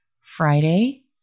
Friday